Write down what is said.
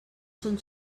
són